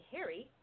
Harry